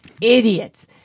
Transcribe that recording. idiots